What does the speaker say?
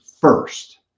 first